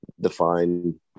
define